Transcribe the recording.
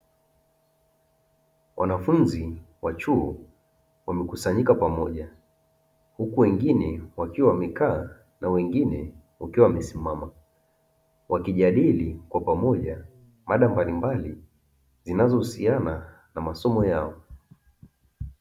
Wanafunzi wa chuo wamekusanyika pamoja, huku wengine wakiwa wamekaa na wengine wakiwa wamesimama, wakijadili kwa pamoja mada mbalimbali zinazohusiana na masomo yao.